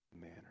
manner